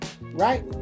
right